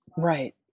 Right